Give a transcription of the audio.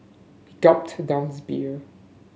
he gulped down his beer